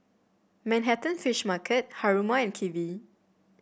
Manhattan Fish Market Haruma and Kiwi